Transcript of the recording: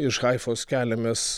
iš haifos keliamės